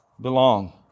belong